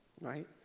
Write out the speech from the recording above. Right